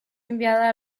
enviada